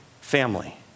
family